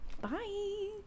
Bye